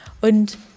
und